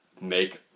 make